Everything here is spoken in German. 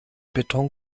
beton